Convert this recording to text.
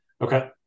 Okay